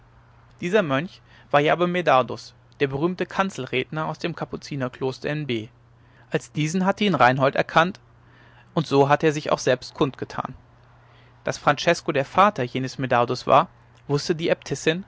dieser mönch war ja aber medardus der berühmte kanzelredner aus dem kapuzinerkloster in b als diesen hatte ihn reinhold erkannt und so hatte er sich auch selbst kundgetan daß francesko der vater jenes medardus war wußte die